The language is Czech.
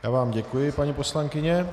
Já vám děkuji, paní poslankyně.